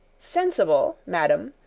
sensible, madam,